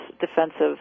defensive